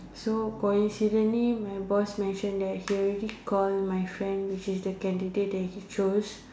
so coincidentally my boss mention that he already call my friend which is the candidate that he chose